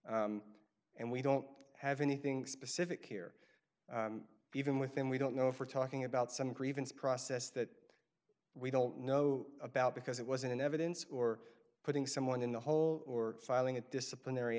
forego and we don't have anything specific here even within we don't know if we're talking about some grievance process that we don't know about because it wasn't in evidence or putting someone in the hole or filing a disciplinary